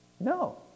No